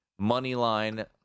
Moneyline